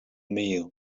meal